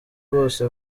bose